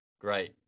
Great